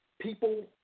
people